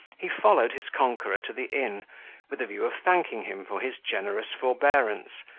he followed his conqueror to the inn with a view of thanking him for his generous forbearance,